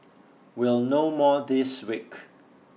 we'll know more this week